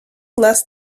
last